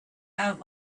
out